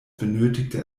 benötigte